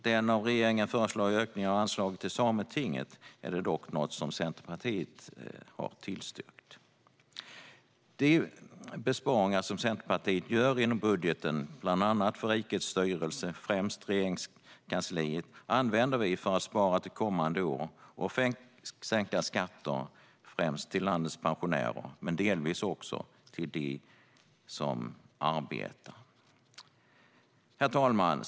Det av regeringen föreslagna ökade anslaget till Sametinget har Centerpartiet tillstyrkt. De besparingar som Centerpartiet gör inom budgeten, bland annat för Rikets styrelse, främst Regeringskansliet, använder vi för att spara till kommande år och sänka skatter främst för landets pensionärer och delvis också för dem som arbetar. Herr talman!